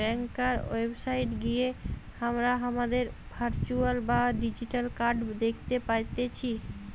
ব্যাংকার website গিয়ে হামরা হামাদের ভার্চুয়াল বা ডিজিটাল কার্ড দ্যাখতে পারতেছি